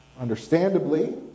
Understandably